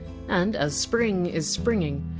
and as spring is springing,